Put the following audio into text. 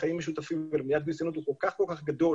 לחיים משותפים ולמניעת גזענות הוא כל כך כל כך גדול,